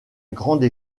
grande